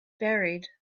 buried